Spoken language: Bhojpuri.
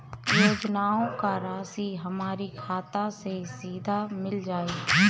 योजनाओं का राशि हमारी खाता मे सीधा मिल जाई?